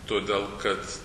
todėl kad